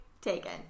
taken